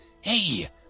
Hey